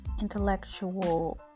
intellectual